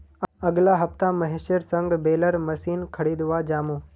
अगला हफ्ता महेशेर संग बेलर मशीन खरीदवा जामु